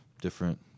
different